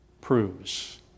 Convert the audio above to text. proves